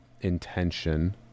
intention